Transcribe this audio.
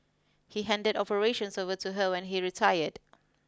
he handed operations over to her when he retired